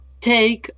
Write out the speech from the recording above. Take